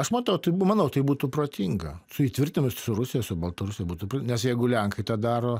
aš matau tai manau tai būtų protinga su įtvirtinimais su rusija su baltarusija būtų nes jeigu lenkai tą daro